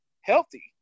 healthy